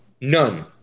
None